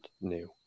new